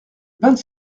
vingt